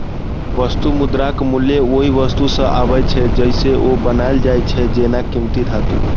वस्तु मुद्राक मूल्य ओइ वस्तु सं आबै छै, जइसे ओ बनायल जाइ छै, जेना कीमती धातु